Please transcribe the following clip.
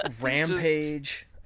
rampage